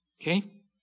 Okay